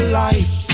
life